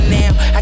now